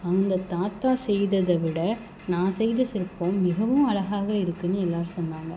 அந்த தாத்தா செய்ததை விட நான் செய்த சிற்பம் மிகவும் அழகாக இருக்குன்னு எல்லாரும் சொன்னாங்க